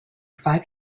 five